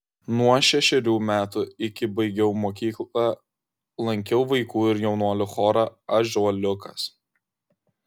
nuo šešerių metų iki baigiau mokyklą lankiau vaikų ir jaunuolių chorą ąžuoliukas